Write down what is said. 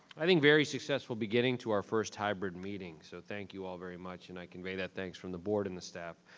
i think very successful beginning to our first hybrid meetings. so thank you all very much and convey that thanks from the board and the staff.